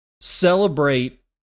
celebrate